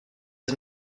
est